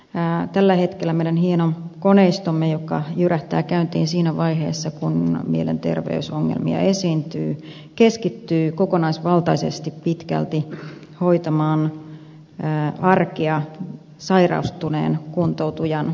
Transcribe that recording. tällä hetkellä meidän hieno koneistomme joka jyrähtää käyntiin siinä vaiheessa kun mielenterveysongelmia esiintyy keskittyy kokonaisvaltaisesti pitkälti hoitamaan arkea sairastuneen kuntoutujan ehdoilla